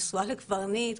נשואה לקברניט,